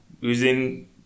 Using